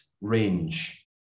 range